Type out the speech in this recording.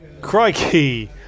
Crikey